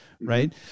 right